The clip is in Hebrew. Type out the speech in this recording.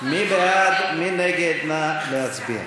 חוק העונשין (תיקון מס' 127),